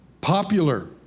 popular